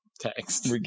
text